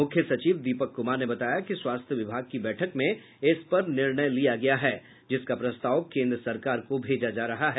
मुख्य सचिव दीपक कुमार ने बताया कि स्वास्थ्य विभाग की बैठक में इस पर निर्णय लिया गया है जिसका प्रस्ताव केन्द्र सरकार को भेजा जा रहा है